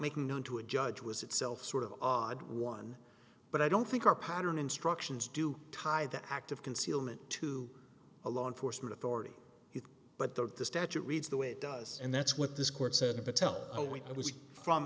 making known to a judge was itself sort of odd one but i don't think our pattern instructions do tie the act of concealment to a law enforcement authority but that the statute reads the way it does and that's what this court said patel